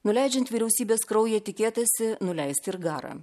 nuleidžiant vyriausybės kraują tikėtasi nuleisti ir garą